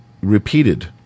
repeated